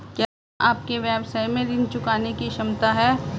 क्या आपके व्यवसाय में ऋण चुकाने की क्षमता है?